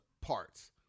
parts